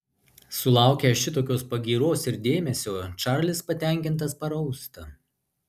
sulaukęs šitokios pagyros ir dėmesio čarlis patenkintas parausta